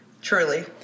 Truly